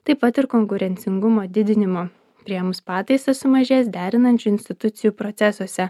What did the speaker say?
taip pat ir konkurencingumo didinimo priėmus pataisas sumažės derinančių institucijų procesuose